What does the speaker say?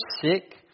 sick